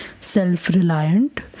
self-reliant